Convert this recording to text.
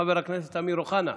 חבר הכנסת אוחנה.